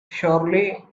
surrey